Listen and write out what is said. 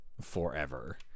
forever